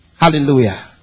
Hallelujah